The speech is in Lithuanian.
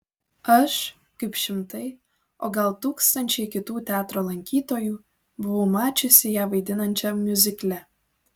aš kaip šimtai o gal tūkstančiai kitų teatro lankytojų buvau mačiusi ją vaidinančią miuzikle